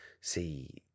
see